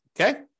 Okay